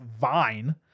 Vine